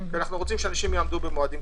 כי אנחנו רוצים שאנשים יעמדו במועדים.